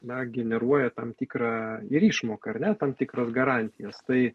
na generuoja tam tikrą ir išmoką ar ne tam tikras garantijas tai